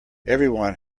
everyone